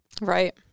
Right